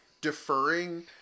deferring